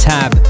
Tab